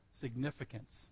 significance